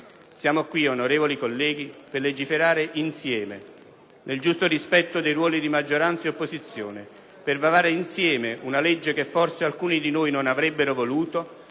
Siamo qui, onorevoli colleghi, per legiferare insieme nel giusto rispetto dei ruoli di maggioranza ed opposizione, per varare insieme una legge che forse alcuni di noi non avrebbero voluto,